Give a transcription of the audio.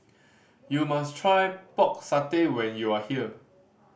you must try Pork Satay when you are here